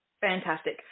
Fantastic